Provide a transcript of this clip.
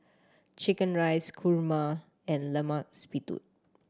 chicken rice kurma and Lemak Siput